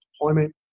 deployment